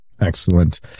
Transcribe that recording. Excellent